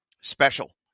special